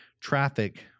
traffic